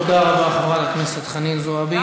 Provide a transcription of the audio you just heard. תודה רבה לחברת הכנסת חנין זועבי.